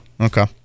okay